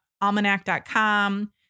almanac.com